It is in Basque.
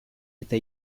eta